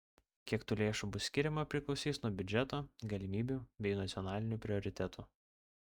kiek tų lėšų bus skiriama priklausys nuo biudžeto galimybių bei nacionalinių prioritetų